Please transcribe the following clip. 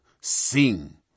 sing